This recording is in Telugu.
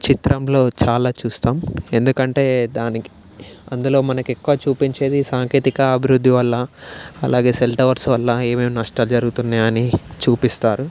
చిత్రంలో చాలా చూస్తాం ఎందుకంటే దానికి అందులో మనకి ఎక్కువ చూపించేది సాంకేతిక అభివృద్ధి వల్ల అలాగే సెల్ టవర్స్ వల్ల ఏమేమి నష్టాలు జరుగుతున్నాయని చూపిస్తారు